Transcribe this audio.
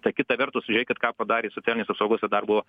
tai kita vertus žiūrėkit ką padarė socialinės apsaugos ir darbo